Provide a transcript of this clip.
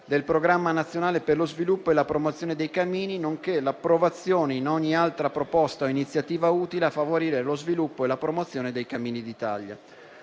del Programma nazionale per lo sviluppo e la promozione dei cammini, nonché l'approvazione di ogni altra proposta o iniziativa utile a favorire lo sviluppo e la promozione dei cammini d'Italia.